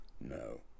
No